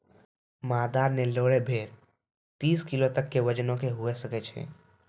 मादा नेल्लोरे भेड़ तीस किलो तक के वजनो के हुए सकै छै